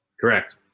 Correct